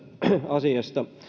asiasta